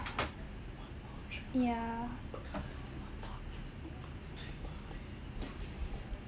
yeah